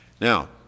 Now